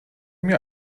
mir